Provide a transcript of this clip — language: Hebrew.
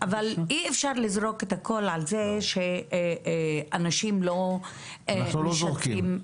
אבל אי אפשר לזרוק את הכול על זה שאנשים לא משתפים פעולה.